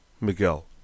Miguel